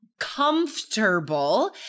comfortable